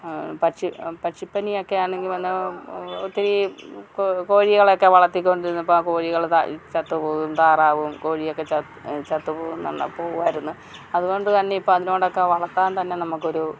പക്ഷി പക്ഷിപ്പനിയൊക്കെ ആണെങ്കിൽ വല്ല ഒത്തിരി കോഴികളെയൊക്കെ വളർത്തിക്കൊണ്ടിരുന്നപ്പം ആ കോഴികൾ ചത്തുപോകുകയും താറാവും കോഴിയൊക്കെ ചത്ത് ചത്ത് പോകുന്നു തന്നെ പോകുമായിരുന്നു അതുകൊണ്ട് തന്നെയിപ്പം അതിനോടൊക്കെ വളർത്താൻ തന്നെ നമുക്കൊരു